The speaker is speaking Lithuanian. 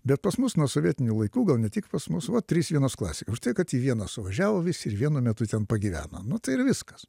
bet pas mus nuo sovietinių laikų gal ne tik pas mus va trys vienos klasikai už tai kad į vieną suvažiavo visi ir vienu metu ten pagyveno nu tai ir viskas